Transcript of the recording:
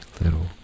little